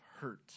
hurt